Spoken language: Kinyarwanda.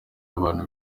abantu